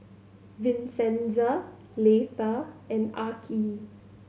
Vincenza Leitha and Arkie